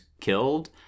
killed